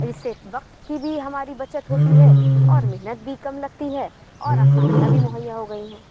اس سے وقت کی بھی ہماری بچت ہوتی ہے اور محنت بھی کم لگتی ہے اور آسانیاں بھی مہیا ہو گئیں ہیں